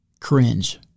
cringe